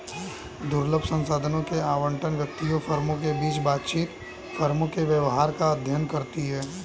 दुर्लभ संसाधनों के आवंटन, व्यक्तियों, फर्मों के बीच बातचीत, फर्मों के व्यवहार का अध्ययन करती है